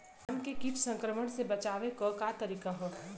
धान के कीट संक्रमण से बचावे क का तरीका ह?